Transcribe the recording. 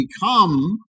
become